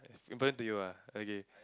important to you ah okay